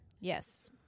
Yes